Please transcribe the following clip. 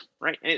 right